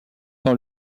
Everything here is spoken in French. par